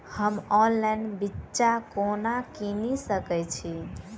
हम ऑनलाइन बिच्चा कोना किनि सके छी?